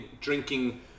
drinking